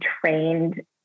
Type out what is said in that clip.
trained